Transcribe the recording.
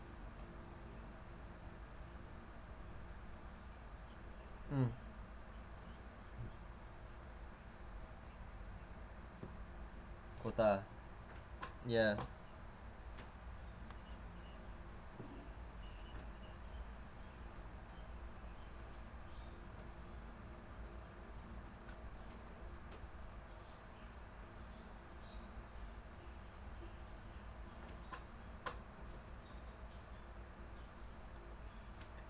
mm quota ya